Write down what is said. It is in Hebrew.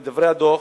לדברי הדוח,